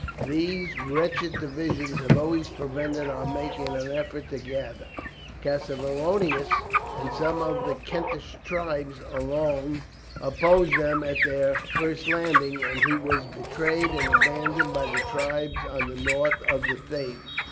these wretched divisions have always prevented our making an effort to gather cassivelaunus and some of the kentish tribes alone opposed them at their first landing, and he was betrayed and abandoned by the tribes on the north of the thames.